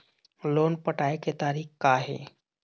Loan पटाए के तारीख़ का हे?